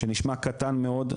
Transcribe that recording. שנשמע קטן מאוד,